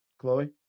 Chloe